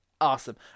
awesome